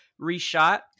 reshot